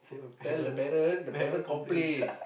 tell the parent the parent complain